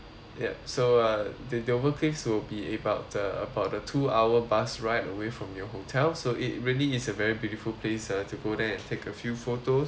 ya so uh the dover cliffs will be about the about the two hour bus ride away from your hotel so it really is a very beautiful place uh to go there and take a few photos